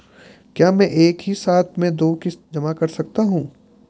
क्या मैं एक ही साथ में दो किश्त जमा कर सकता हूँ?